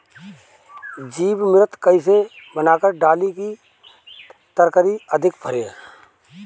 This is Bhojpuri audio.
जीवमृत कईसे बनाकर डाली की तरकरी अधिक फरे?